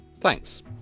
Thanks